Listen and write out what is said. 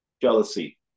Jealousy